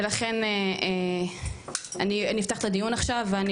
ולכן אני אפתח את הדיון עכשיו ואני